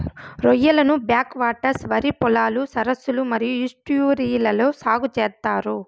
రొయ్యలను backwaters, వరి పొలాలు, సరస్సులు మరియు ఈస్ట్యూరీలలో సాగు చేత్తారు